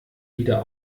wieder